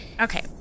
Okay